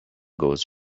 goes